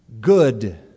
good